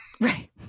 Right